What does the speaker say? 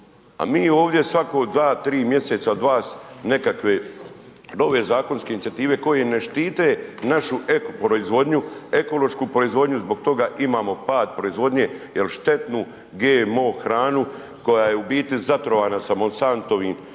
a mi ovdje svako dva, tri mjeseca od vas nekakve nove zakonske inicijative koji ne štite našu ekološku proizvodnju zbog toga imamo pad proizvodnje jel štetnu GMO hranu koja je zatrovana sa Monsantovim